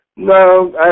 No